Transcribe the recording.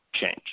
change